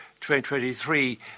2023